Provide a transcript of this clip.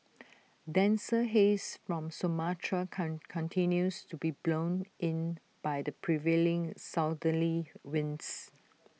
denser haze from Sumatra continues to be blown in by the prevailing southerly winds